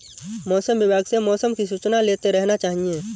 मौसम विभाग से मौसम की सूचना लेते रहना चाहिये?